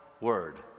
word